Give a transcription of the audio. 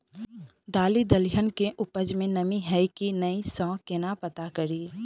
दालि दलहन केँ उपज मे नमी हय की नै सँ केना पत्ता कड़ी?